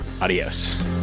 Adios